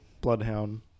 Bloodhound